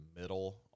middle